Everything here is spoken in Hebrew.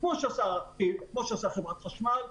כמו שעושה חברת חשמל,